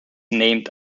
named